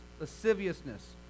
lasciviousness